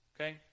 Okay